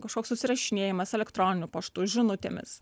kažkoks susirašinėjimas elektroniniu paštu žinutėmis